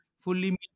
fully